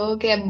Okay